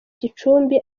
gicumbi